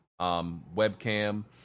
webcam